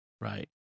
Right